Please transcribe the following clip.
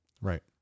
Right